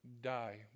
die